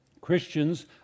christians